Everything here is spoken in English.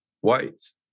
whites